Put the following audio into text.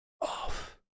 off